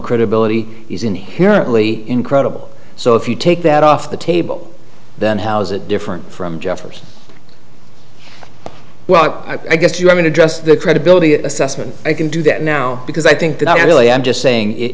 credibility is inherently incredible so if you take that off the table then how's it different from jefferson well i guess you haven't addressed the credibility assessment i can do that now because i think that i really am just saying it